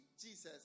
Jesus